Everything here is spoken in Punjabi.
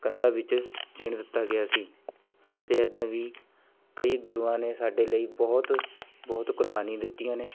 ਕੰਧਾਂ ਵਿੱਚ ਚਿਣ ਦਿੱਤਾ ਗਿਆ ਸੀ ਅਤੇ ਇੱਦਾਂ ਵੀ ਕਈ ਗੁਰੂਆਂ ਨੇ ਸਾਡੇ ਲਈ ਬਹੁਤ ਬਹੁਤ ਕੁਰਬਾਨੀ ਦਿੱਤੀਆਂ ਨੇ